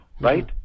right